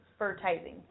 Advertising